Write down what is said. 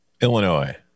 Illinois